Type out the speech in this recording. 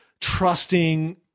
trusting –